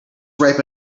ripe